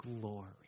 glory